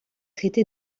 traité